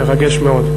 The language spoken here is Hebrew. מרגש מאוד.